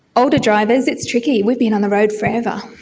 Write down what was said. older drivers, it's tricky, we've been on the road forever.